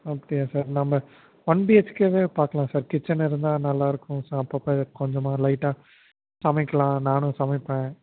okay sir நம்ம one B H K வே பார்க்கலாம் சார் கிச்சன் இருந்தால் நல்லா இருக்கும் சார் அப்போ அப்போ கொஞ்சமாக லைட்டாக சமைக்கலாம் நானும் சமைப்பேன்